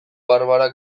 barbara